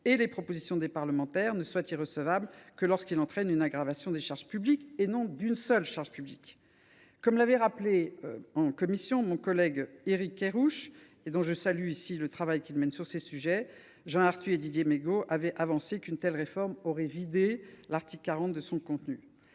et les propositions des parlementaires ne soient irrecevables que lorsqu’ils entraînent une aggravation des charges publiques, et non d’une seule charge publique. Comme l’a rappelé en commission mon collègue Éric Kerrouche, dont je salue ici le travail qu’il mène sur ces sujets, Jean Arthuis et Didier Migaud avaient avancé qu’une telle réforme aurait vidé l’article 40 de son contenu.